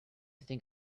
think